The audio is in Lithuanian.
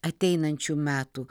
ateinančių metų